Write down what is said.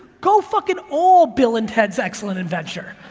go fucking all bill and ted's excellent adventure.